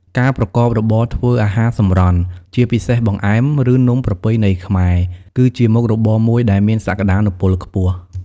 ការប្រកបរបរធ្វើអាហារសម្រន់ ជាពិសេសបង្អែម ឬនំប្រពៃណីខ្មែរ គឺជាមុខរបរមួយដែលមានសក្ដានុពលខ្ពស់។